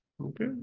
Okay